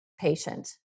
patient